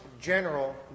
general